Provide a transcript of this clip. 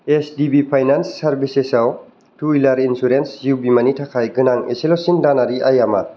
H D B finance सार्भिसेसयाव टु हुइलार इन्सुरेन्स जिउ बिमानि थाखाय गोनां इसेल'सिन दानारि आइया मा